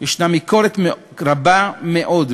יש ביקורת רבה מאוד,